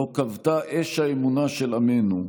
לא כבתה אש האמונה של עמנו,